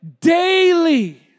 daily